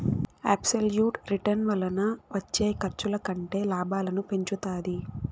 absolute return వలన వచ్చే ఖర్చుల కంటే లాభాలను పెంచుతాది